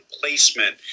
placement